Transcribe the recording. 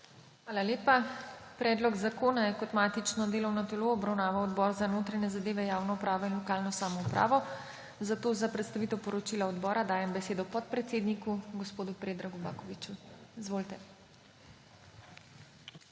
Hvala lepa. Predlog zakona je kot matično delovno telo obravnaval Odbor za notranje zadeve, javno upravo in lokalno samoupravo. Zato za predstavitev poročila odbora dajem besedo podpredsedniku gospodu Predragu Bakoviću. Izvolite.